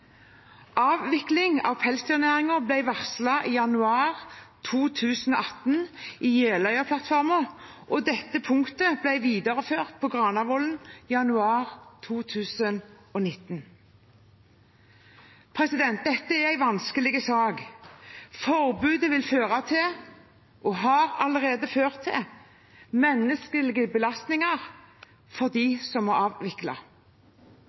Avvikling av pelsdyrnæringen ble varslet i januar 2018 i Jeløya-plattformen, og dette punktet ble videreført på Granavolden i januar 2019. Dette er en vanskelig sak. Forbudet vil føre til – og har allerede ført til – menneskelige belastninger for dem som må avvikle.